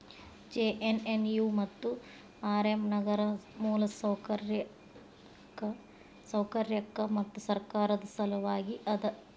JNNU ಮತ್ತು RM ನಗರ ಮೂಲಸೌಕರ್ಯಕ್ಕ ಮತ್ತು ಸರ್ಕಾರದ್ ಸಲವಾಗಿ ಅದ